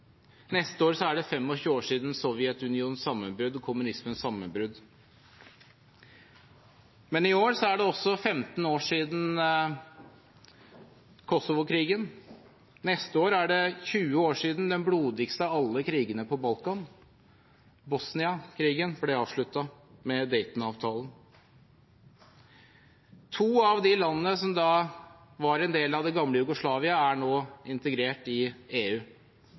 Neste år er det 25 år siden Sovjetunionens og kommunismens sammenbrudd. Men i år er det også 15 år siden Kosovo-krigen. Neste år er det 20 år siden den blodigste av alle krigene på Balkan, Bosnia-krigen, som ble avsluttet med Dayton-avtalen. To av de landene som var en del av det gamle Jugoslavia, er nå integrert i EU